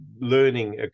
learning